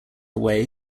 away